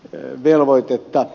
tällöin velvoitetta